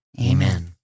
Amen